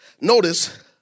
Notice